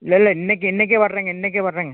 இல்லல்ல இன்றைக்கி இன்றைக்கே வர்றேங்க இன்றைக்கே வர்றேங்க